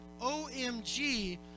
OMG